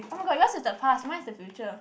oh my god yours is the past mine is the future